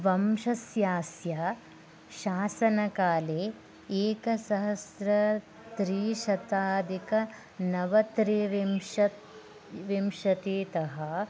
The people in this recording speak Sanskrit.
वंशस्यास्य शासनकाले एकसहस्रत्रिशताधिक नवत्रिरिंशत्विंशति तः